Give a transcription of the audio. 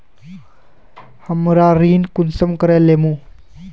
हमरा ऋण कुंसम करे लेमु?